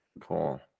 Cool